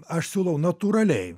aš siūlau natūraliai